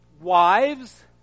wives